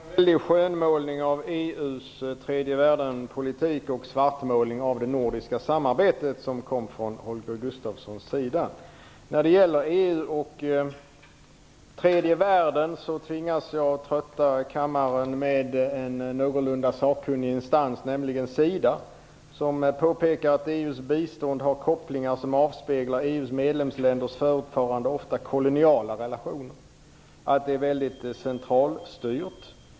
Herr talman! Det var en väldig skönmålning av EU:s tredje-världen-politik och svartmålning av det nordiska samarbetet som Holger Gustafsson ägnade sig åt. När det gäller frågan om EU och tredje världen tvingas jag trötta kammaren med information från en någorlunda sakkunnig instans, nämligen SIDA, som påpekar att EU:s bistånd har kopplingar som avspeglar EU:s medlemsländers förutvarande ofta koloniala relationer. Biståndet är väldigt centralstyrt.